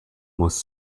most